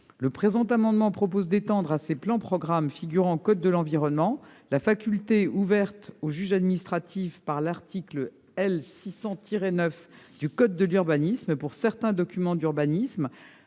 Le présent amendement vise à étendre à ces plans et à ces programmes figurant au code de l'environnement la faculté ouverte au juge administratif par l'article L. 600-9 du code de l'urbanisme pour certains documents d'urbanisme,